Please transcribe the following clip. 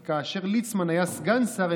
כי כאשר ליצמן היה סגן שר,